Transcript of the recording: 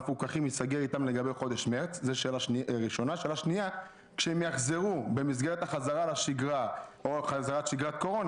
מספיק שהן עשו את זה פעם וחלק מהן נזרק מחוץ